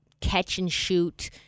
catch-and-shoot